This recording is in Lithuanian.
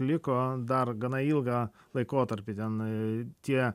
liko dar gana ilgą laikotarpį ten tie